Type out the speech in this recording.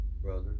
brother